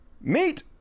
Meet